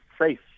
safe